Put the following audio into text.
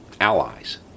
allies